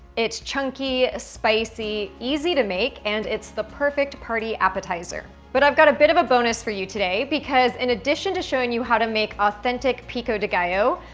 it's chunky, spicy, easy to make, and it's the perfect party appetizer. but i've got a bit of a bonus for you today, because in addition to showing you how to make authentic pico de gallo,